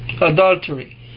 Adultery